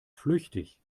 flüchtig